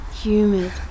humid